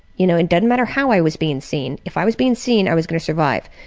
you know, it didn't matter how i was being seen. if i was being seen, i was gonna survive.